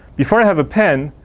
before i have a pen,